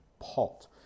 pot